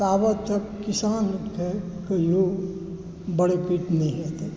ताबत तक किसानके कहियो बरकैत नहि हेतै